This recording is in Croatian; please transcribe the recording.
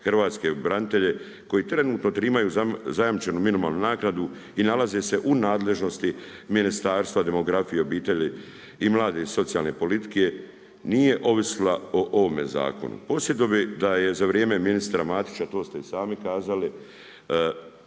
hrvatske branitelje koji trenutno primaju zajamčenu minimalnu naknadu i nalaze se u nadležnosti Ministarstva demografije, obitelji, mladih i socijalne politike nije ovisila o ovome zakonu. Podsjetio bi da je za vrijeme ministra Matića to ste i sami kazali